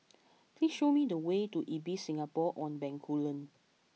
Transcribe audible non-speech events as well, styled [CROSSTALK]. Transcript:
[NOISE] please show me the way to Ibis Singapore on Bencoolen